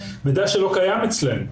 מידע שלא קיים אצלנו.